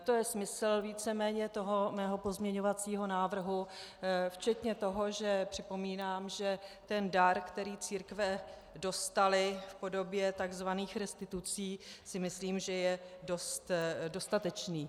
To je smysl víceméně mého pozměňovacího návrhu včetně toho, že připomínám, že ten dar, který církve dostaly v podobě takzvaných restitucí, si myslím, že je dostatečný.